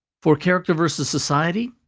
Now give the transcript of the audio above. for character vs. society,